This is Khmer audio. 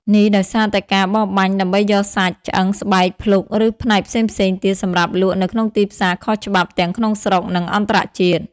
នេះដោយសារតែការបរបាញ់ដើម្បីយកសាច់ ឆ្អឹង ស្បែក ភ្លុក ឬផ្នែកផ្សេងៗទៀតសម្រាប់លក់នៅក្នុងទីផ្សារខុសច្បាប់ ទាំងក្នុងស្រុក និងអន្តរជាតិ។